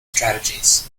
strategies